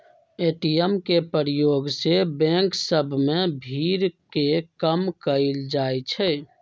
ATM के प्रयोग से बैंक सभ में भीड़ के कम कएल जाइ छै